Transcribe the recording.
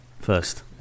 First